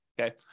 Okay